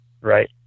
right